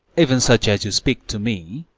e'en such as you speak to me.